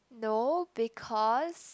no because